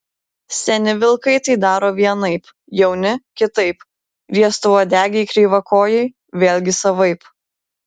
seni vilkai tai daro vienaip jauni kitaip riestauodegiai kreivakojai vėlgi savaip